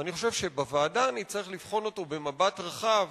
ואני חושב שבוועדה נצטרך לבחון אותו במבט רחב,